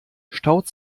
staut